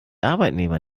arbeitnehmer